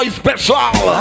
special